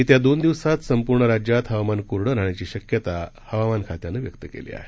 येत्या दोन दिवसात संपूर्ण राज्यात हवामान कोरडं राहण्याची शक्यता हवामान खात्यानं व्यक्त केली आहे